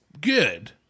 good